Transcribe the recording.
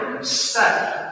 say